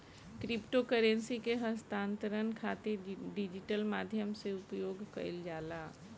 crypto currency के हस्तांतरण खातिर डिजिटल माध्यम से उपयोग कईल जाला